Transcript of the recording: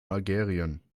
algerien